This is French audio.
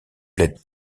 plaide